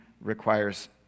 requires